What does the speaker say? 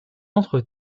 entre